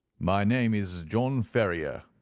my name is john ferrier,